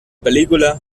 película